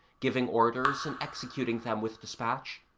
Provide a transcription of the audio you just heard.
giving orders and executing them with despatch,